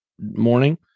morning